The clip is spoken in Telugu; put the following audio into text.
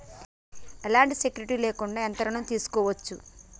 ఎలాంటి సెక్యూరిటీ లేకుండా ఎంత ఋణం తీసుకోవచ్చు?